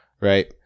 right